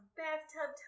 bathtub